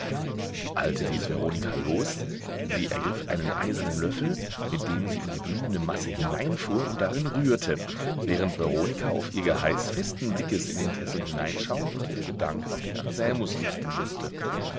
die alte ließ veronika los sie ergriff einen eisernen löffel mit dem sie in die glühende masse hineinfuhr und darin rührte während veronika auf ihr geheiß festen blickes in den kessel hineinschauen und ihre gedanken auf den anselmus richten mußte